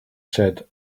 said